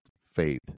faith